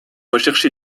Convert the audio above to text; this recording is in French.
recherché